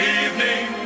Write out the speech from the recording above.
evening